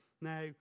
Now